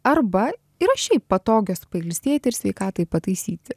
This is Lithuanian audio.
arba yra šiaip patogios pailsėti ir sveikatai pataisyti